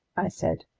i said,